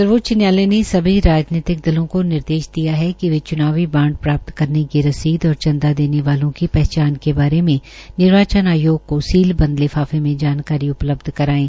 सर्वोच्च न्यायालय ने सभी राजनीतिक दलों को निर्देश दिया है कि वे चुनावी बांड प्राप्त करने की रसीद और चंदा देने वालों की पहचान के बारे में निर्वाचन आयोग को सीलबंद लिफाफे में जानकारी उपलब्ध कराये